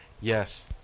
Yes